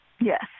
Yes